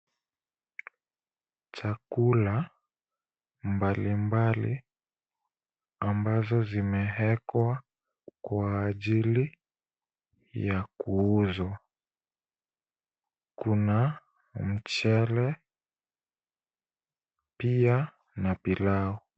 Chakula mbalimbali ambazo zimewekwa kwa ajili ya kuuzwa. Kuna mchele pia na pilau.